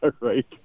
Right